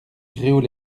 gréoux